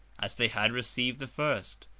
as they had received the first,